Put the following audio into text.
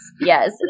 Yes